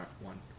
one